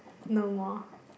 no more